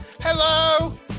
Hello